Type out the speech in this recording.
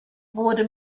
wurde